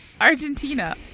Argentina